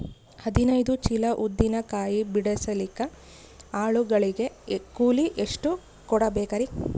ಹದಿನೈದು ಚೀಲ ಉದ್ದಿನ ಕಾಯಿ ಬಿಡಸಲಿಕ ಆಳು ಗಳಿಗೆ ಕೂಲಿ ಎಷ್ಟು ಕೂಡಬೆಕರೀ?